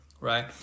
right